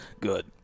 good